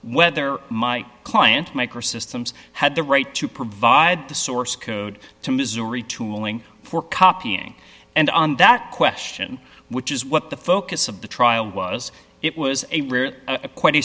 whether my client microsystems had the right to provide the source code to missouri tooling for copying and on that question which is what the focus of the trial was it was a